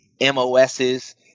MOS's